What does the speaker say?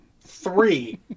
Three